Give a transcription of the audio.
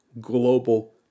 global